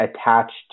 attached